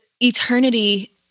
eternity